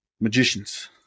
magicians